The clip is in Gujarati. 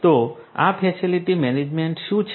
તો આ ફેસિલિટી મેનેજમેન્ટ શું છે